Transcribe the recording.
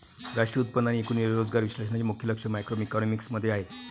राष्ट्रीय उत्पन्न आणि एकूण रोजगार विश्लेषणाचे मुख्य लक्ष मॅक्रोइकॉनॉमिक्स मध्ये आहे